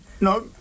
No